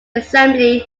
assembly